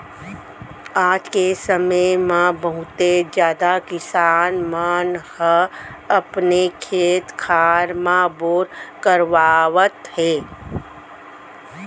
आज के समे म बहुते जादा किसान मन ह अपने खेत खार म बोर करवावत हे